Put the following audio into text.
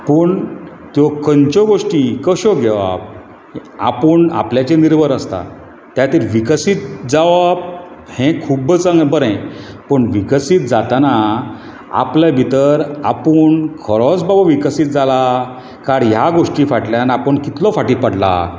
पूण त्यो खंयच्यो गोश्टी कश्यो घेवप आपूण आपल्याचेर निर्भर आसता त्या खातीर विकसीत जावप हें खूब बरें पूण विकसीत जाताना आपले भितर आपूण खरोच बाबा विकसीत जाला कांय ह्या गोश्टी फाटल्यान आपून कितलो फाटी पडला